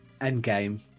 Endgame